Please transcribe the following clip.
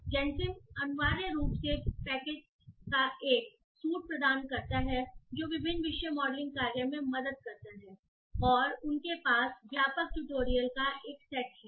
Gensim Gensim अनिवार्य रूप से पैकेजेस का एक सूट प्रदान करता है जो विभिन्न विषय मॉडलिंग कार्य में मदद करता है और उनके पास व्यापक ट्यूटोरियल का एक सेट है